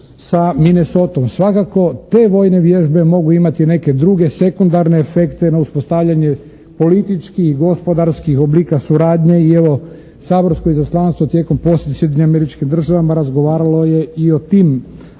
sa Minesotom. Svakako, te vojne vježbe mogu imati neke druge sekundarne efekte na uspostavljanje političkih i gospodarskih oblika suradnje. I evo, saborsko izaslanstvo tijekom posjeta Sjedinjenim